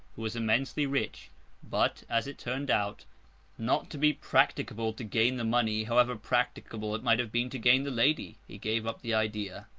who was immensely rich but, as it turned out not to be practicable to gain the money however practicable it might have been to gain the lady, he gave up the idea.